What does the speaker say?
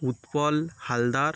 Utpal Haldar